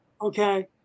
Okay